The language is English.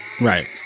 Right